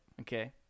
Okay